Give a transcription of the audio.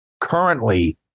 Currently